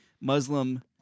Muslim